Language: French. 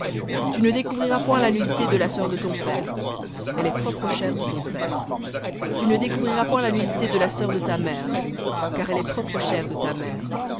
tu ne découvriras point la nudité de la sœur de ton père elle est propre chair de ton père tu ne découvriras point la nudité de la sœur de ta mère car elle est propre chair de ta mère